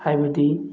ꯍꯥꯏꯕꯗꯤ